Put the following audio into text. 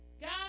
God